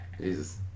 Jesus